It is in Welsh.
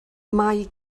mae